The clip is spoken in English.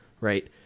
right